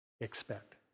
expect